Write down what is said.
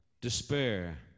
despair